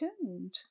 tuned